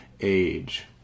age